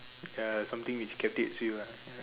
uh something which captivates you ah ya